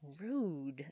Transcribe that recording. rude